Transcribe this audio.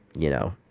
you know,